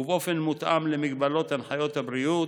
ובאופן מותאם למגבלות הנחיות הבריאות,